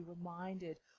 reminded